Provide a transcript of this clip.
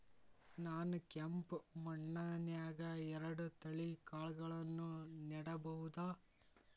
ನಾನ್ ಕೆಂಪ್ ಮಣ್ಣನ್ಯಾಗ್ ಎರಡ್ ತಳಿ ಕಾಳ್ಗಳನ್ನು ನೆಡಬೋದ?